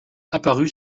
apparue